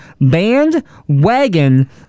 Bandwagon